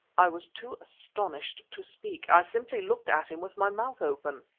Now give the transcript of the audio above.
i was too astonished to speak i simply looked at him with my mouth open.